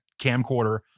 camcorder